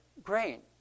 Grain